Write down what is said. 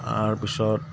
তাৰপিছত